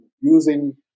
Using